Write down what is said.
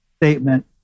statement